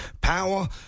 power